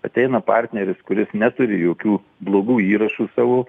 ateina partneris kuris neturi jokių blogų įrašų savo